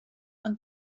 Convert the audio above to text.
ond